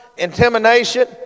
intimidation